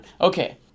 Okay